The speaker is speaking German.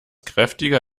kräftiger